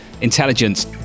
Intelligence